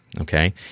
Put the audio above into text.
okay